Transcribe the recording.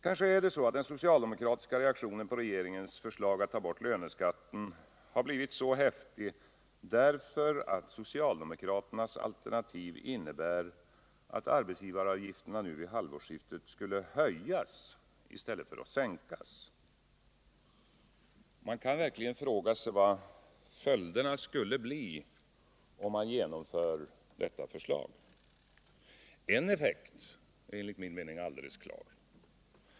Kanske har den socialdemokratiska reaktionen på regeringens förslag att ta bort löneskatten blivit så häftig därför att socialdemokraternas alternativ innebär, att arbetsgivaravgifterna nu vid halvårsskiftet skulle höjas i stället för att sänkas. Man kan verkligen fråga sig vad följderna skulle bli om man genomför detta förslag. En effekt är enligt min mening alldeles klar.